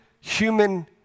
human